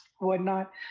whatnot